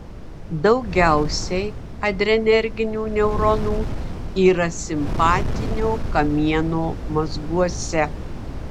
daugiausiai adrenerginių neuronų yra simpatinio kamieno mazguose